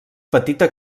petita